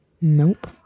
Nope